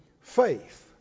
Faith